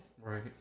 Right